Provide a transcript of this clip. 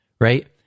right